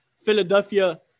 Philadelphia